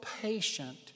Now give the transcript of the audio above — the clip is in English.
patient